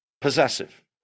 Possessive